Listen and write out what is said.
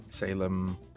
Salem